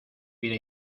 vida